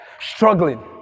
struggling